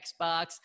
Xbox